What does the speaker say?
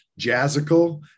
jazzical